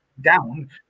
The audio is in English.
down